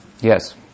Yes